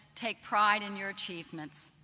take pride in your achievements.